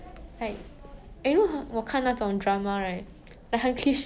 it's very unfair lah like but this is our reality